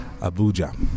Abuja